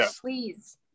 please